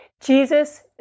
Jesus